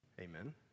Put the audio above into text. Amen